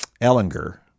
Ellinger